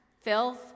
filth